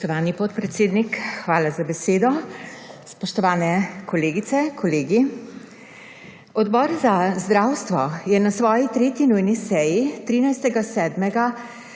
hvala za besedo.